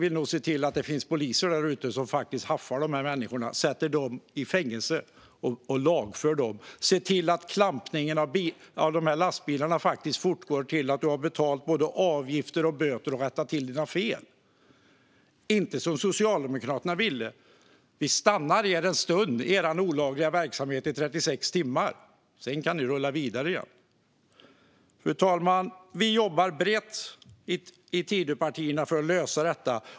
Men vi vill se till att det finns poliser där ute som faktiskt haffar dessa människor, lagför dem och sätter dem i fängelse och som ser till att klampningen av dessa lastbilar faktiskt fortgår tills dessa människor har betalat avgifter och böter och rättat till sina fel. Det ska inte vara på det sätt som Socialdemokraterna ville, att man stoppar dessa människors olagliga verksamhet i 36 timmar för att sedan låta dem åka vidare. Fru talman! Vi jobbar brett i Tidöpartierna för att lösa detta.